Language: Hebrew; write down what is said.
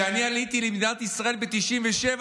שכשעליתי למדינת ישראל ב-1997,